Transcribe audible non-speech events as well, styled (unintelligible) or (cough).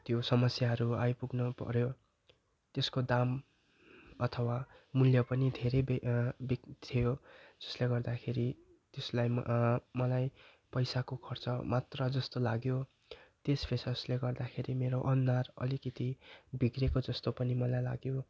त्यो समस्याहरू आइपुग्नपऱ्यो त्यसको दाम अथवा मूल्य पनि धेरै बे (unintelligible) थियो जसले गर्दाखेरि त्यसलाई मलाई पैसाको खर्च मात्र जस्तो लाग्यो त्यस फेसवासले गर्दाखेरि मेरो अनुहार अलिकति बिग्रिएको जस्तो पनि मलाई लाग्यो